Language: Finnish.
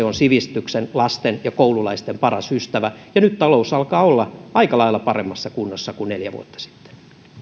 on myös sivistyksen lasten ja koululaisten paras ystävä ja nyt talous alkaa olla aika lailla paremmassa kunnossa kuin neljä vuotta sitten